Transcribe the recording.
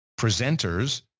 presenters